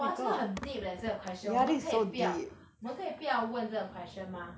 !wah! 这个很 deep eh 这个 question 我们可以不要我们可以不要问这个 question mah